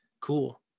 cool